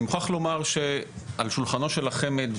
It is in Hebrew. אני מוכרח לומר שעל שולחנו של החמ"ד,